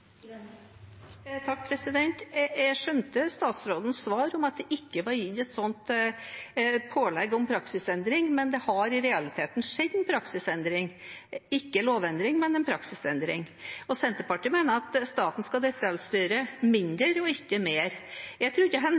Jeg skjønte statsrådens svar om at det ikke var gitt et slikt pålegg om praksisendring, men det har i realiteten skjedd en praksisendring – ikke en lovendring, men en praksisendring. Senterpartiet mener at staten skal detaljstyre mindre og ikke mer. Jeg tror ikke